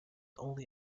only